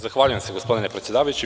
Zahvaljujem, gospodine predsedavajući.